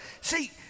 See